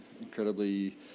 incredibly